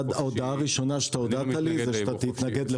--- ההודעה הראשונה שהודעת לי היא שתתנגד לחוק יבוא אישי.